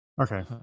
Okay